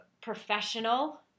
professional